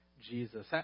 Jesus